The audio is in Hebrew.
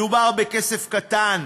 מדובר בכסף קטן,